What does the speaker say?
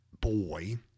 boy